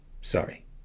Sorry